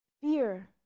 fear